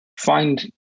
find